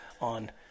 on